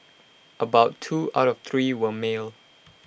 about two out of three were male